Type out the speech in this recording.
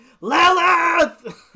Lilith